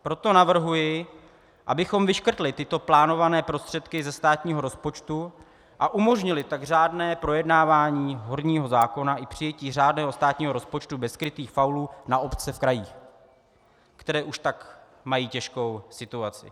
Proto navrhuji, abychom vyškrtli tyto plánované prostředky ze státního rozpočtu, a umožnili tak řádné projednávání horního zákona i přijetí řádného státního rozpočtu bez skrytých faulů na obce v krajích, které už tak mají těžkou situaci.